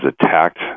attacked